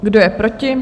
Kdo je proti?